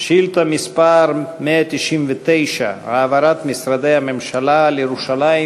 שאילתות דחופות 6 199. העברת משרדי הממשלה לירושלים